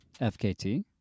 FKT